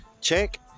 check